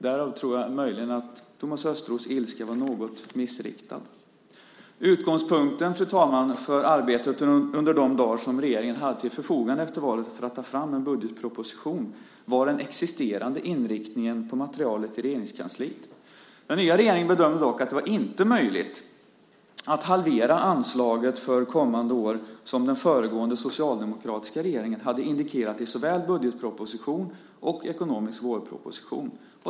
Därav tror jag möjligen att Thomas Östros ilska var något missriktad. Utgångspunkten, fru talman, för arbetet under de dagar regeringen hade till förfogande efter valet för att ta fram en budgetproposition var den existerande inriktningen på materialet i Regeringskansliet. Den nya regeringen bedömde dock att det inte var möjligt att halvera anslaget för kommande år som den föregående socialdemokratiska regeringen hade indikerat såväl i budgetproposition som i ekonomisk vårproposition.